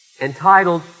entitled